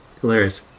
hilarious